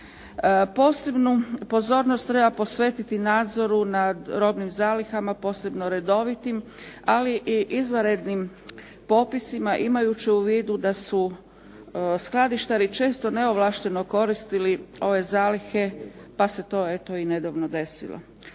Posebnu pozornost treba posvetiti nadzoru nad robnim zalihama posebno redovitim ali i izvanrednim popisima imajući u vidu da su skladištari često neovlašteno koristili ove zalihe pa se to eto i nedavno desilo.